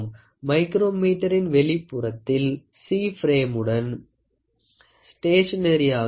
மைக்ரோமீட்டரின் வெளிப்புறத்தில் C பிரேமுடன் ஸ்டேஷனேரியாக இருக்கும்